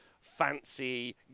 fancy